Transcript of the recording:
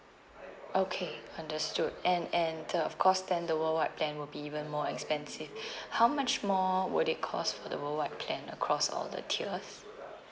okay understood and and uh of course then the worldwide plan will be even more expensive how much more would it cost for the worldwide plan across all the tiers